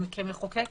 נאמר: